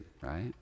right